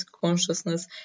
consciousness